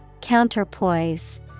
Counterpoise